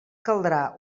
caldrà